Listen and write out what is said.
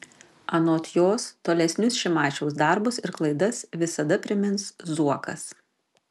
anot jos tolesnius šimašiaus darbus ir klaidas visada primins zuokas